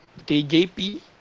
TJP